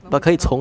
浪费钱 orh